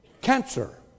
Cancer